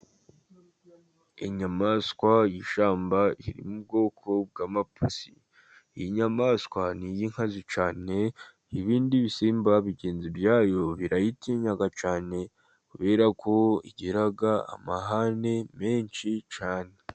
Inyamaswa y'ishyamba iri mu bwoko bw'amapusi, inyamaswa ni iy'inkazi cyane, ibindi bisimba bigenzi byayo birayitinya cyane bikagira amahani menshi cyane.